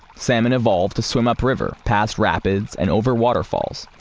salmon evolved to swim upriver past rapids, and over waterfalls.